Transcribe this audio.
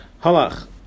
Halach